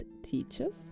Teachers